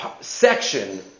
section